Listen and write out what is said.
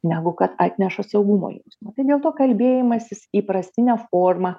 negu kad atneša saugumui nu tai dėl to kalbėjimasis įprastine forma